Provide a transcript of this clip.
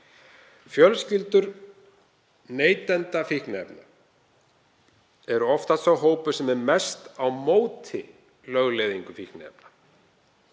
Fjölskyldur neytenda fíkniefna eru oftast sá hópur sem er mest á móti lögleiðingu fíkniefna.